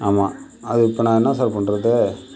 ஆமாம் அது இப்போ நான் என்ன சார் பண்ணுறது